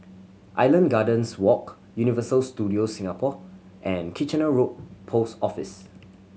Island Gardens Walk Universal Studios Singapore and Kitchener Road Post Office